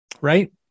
right